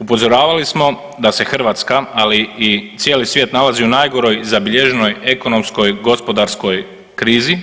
Upozoravali smo da se Hrvatska, ali i cijeli svijet nalazi u najgoroj zabilježenoj ekonomskoj gospodarskoj krizi,